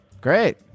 Great